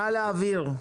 נא להבהיר.